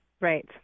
Right